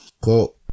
cool